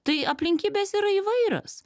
tai aplinkybės yra įvairios